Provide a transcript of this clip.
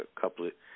couplet